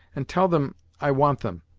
and tell them i want them,